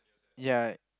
ya